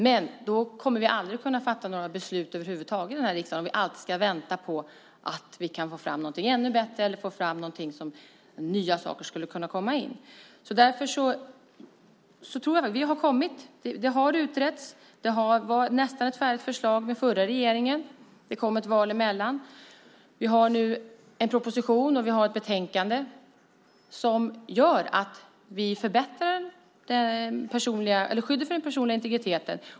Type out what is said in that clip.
Men om vi alltid ska vänta på att vi kan få fram något ännu bättre eller att nya saker skulle kunna komma in, kommer vi aldrig att kunna fatta några beslut över huvud taget i riksdagen. Det här har utretts. Den förra regeringen hade ett nästan färdigt förslag, men det kom ett val emellan. Vi har nu en proposition och ett betänkande som gör att vi förbättrar skyddet för den personliga integriteten.